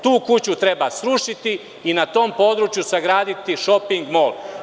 Tu kuću treba srušiti i na tom području sagraditi šoping mol.